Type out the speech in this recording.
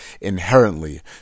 inherently